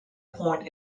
point